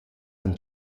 han